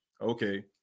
okay